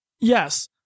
yes